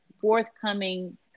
forthcoming